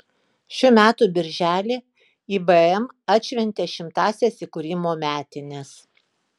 šių metų birželį ibm atšventė šimtąsias įkūrimo metines